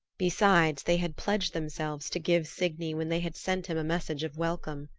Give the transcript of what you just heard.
besides they had pledged themselves to give signy when they had sent him a message of welcome.